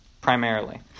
primarily